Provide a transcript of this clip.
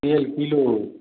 तेल किलो